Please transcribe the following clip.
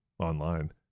online